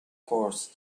course